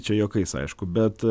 čia juokais aišku bet